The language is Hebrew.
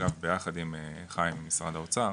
אגב ביחד עם חיים ממשרד האוצר,